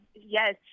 Yes